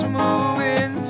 moving